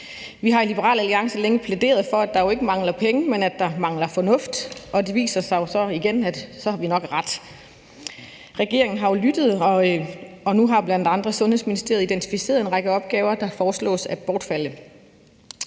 Vi har i Liberal Alliance længe plæderet for, at der jo ikke mangler penge, men at der mangler fornuft, og det viser sig jo så igen, at vi nok har ret. Regeringen har jo lyttet, og nu har blandt andre Sundhedsministeriet identificeret en række opgaver, der foreslås at bortfalde.